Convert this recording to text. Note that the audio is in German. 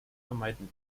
vermeiden